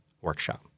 workshop